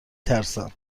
ترسم